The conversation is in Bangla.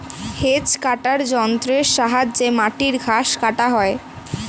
হেজ কাটার যন্ত্রের সাহায্যে মাটির ঘাস কাটা হয়